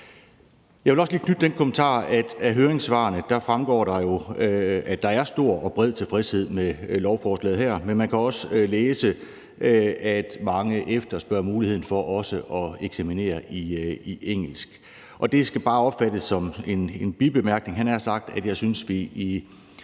Jeg vil også lige knytte den kommentar til det, at det jo af høringssvarene fremgår, at der er stor og bred tilfredshed med lovforslaget her, men man kan også læse, at mange efterspørger muligheden for også at eksaminere i engelsk. Det skal bare opfattes som en bibemærkning, havde jeg nær sagt, at jeg synes, vi i